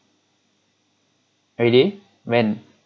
really when